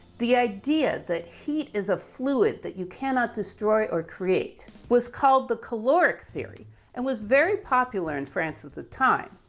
the idea that heat is a fluid that you cannot destroy or create was called the caloric theory and was very popular in france at the time.